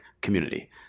community